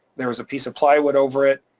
there was a piece of plywood over it,